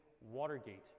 Watergate